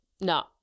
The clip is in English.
No